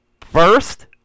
First